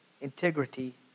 integrity